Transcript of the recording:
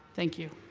thank you.